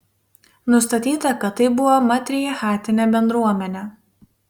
nustatyta kad tai buvo matriarchatinė bendruomenė